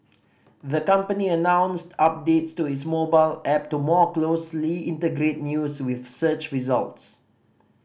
the company announced updates to its mobile app to more closely integrate news with search results